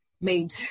made